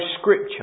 scripture